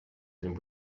and